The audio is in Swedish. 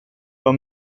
var